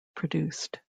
produced